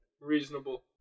Reasonable